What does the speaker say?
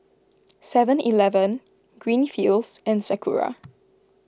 Seven Eleven Greenfields and Sakura